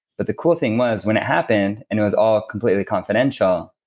but the cool thing was when it happened, and it was all completely confidential,